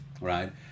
right